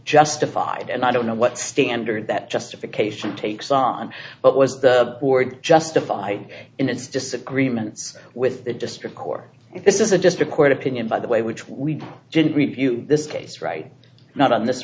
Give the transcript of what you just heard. justified and i don't know what standard that justification takes on but was the board justified in its disagreements with the district court if this is a just a court opinion by the way which we didn't review this case right not on this